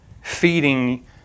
feeding